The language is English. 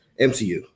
MCU